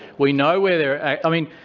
we know where they're i mean